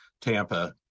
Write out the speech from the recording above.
Tampa